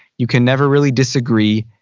you can never really disagree.